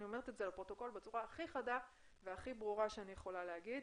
אני אומרת את זה לפרוטוקול בצורה הכי חדה והכי ברורה שאני יכולה להגיד.